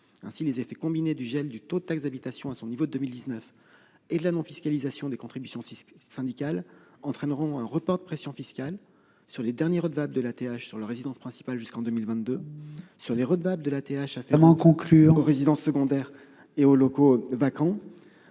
Ainsi, les effets combinés du gel du taux de la taxe d'habitation à son niveau de 2019 et de la non-fiscalisation des contributions syndicales entraîneront un report de pression fiscale sur les derniers redevables de la taxe d'habitation sur la résidence principale jusqu'en 2022 et sur les redevables de la taxe d'habitation afférente aux résidences secondaires et aux locaux vacants,